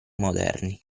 moderni